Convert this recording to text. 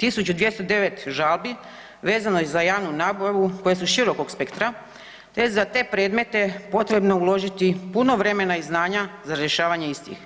1209 žalbi vezano za javnu nabavu koje su širokog spektra, te je za te predmete potrebno uložiti puno vremena i znanja za rješavanje istih.